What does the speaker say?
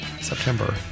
September